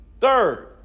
Third